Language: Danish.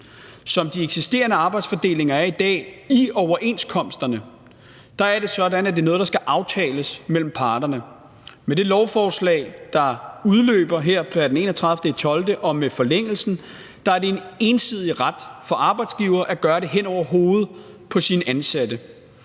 Som de eksisterende arbejdsfordelinger er i dag i overenskomsterne, er det sådan, at det er noget, der skal aftales mellem parterne. Med det lovforslag, der udløber her pr. 31. december om forlængelsen, er det en ensidig ret for en arbejdsgiver at gøre det hen over hovedet på sine ansatte,